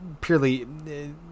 purely